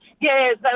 Yes